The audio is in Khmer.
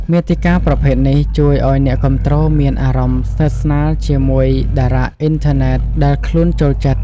មាតិកាប្រភេទនេះជួយឱ្យអ្នកគាំទ្រមានអារម្មណ៍ស្និទ្ធស្នាលជាមួយតារាអុីនធឺណិតដែលខ្លួនចូលចិត្ត។